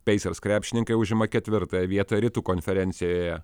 pacers krepšininkai užima ketvirtąją vietą rytų konferencijoje